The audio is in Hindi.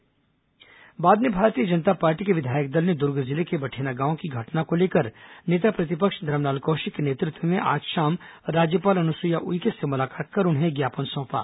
भाजपा राज्यपाल ज्ञापन बाद में भारतीय जनता पार्टी के विधायक दल ने दुर्ग जिले के बठेना गांव की घटना को लेकर नेता प्रतिपक्ष धरमलाल कौशिक के नेतृत्व में आज शाम राज्यपाल अनुसुईया उइके से मुलाकात कर उन्हें ज्ञापन सौंपा